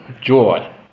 joy